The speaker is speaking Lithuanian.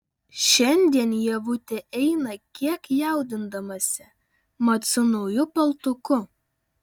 šiandien ievutė eina kiek jaudindamasi mat su nauju paltuku